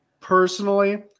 Personally